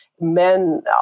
men